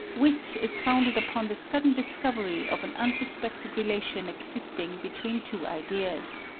wit is founded upon the sudden discovery of an unsuspected relation existing between two ideas.